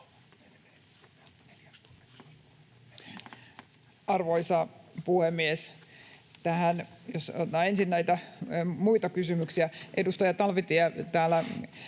Arvoisa puhemies! Jos otetaan ensin näitä muita kysymyksiä. Edustaja Talvitie: Täällä